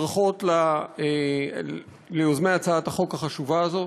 ברכות ליוזמי הצעת החוק החשובה הזאת,